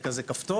זה כזה כפתור?